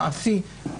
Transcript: מעשי,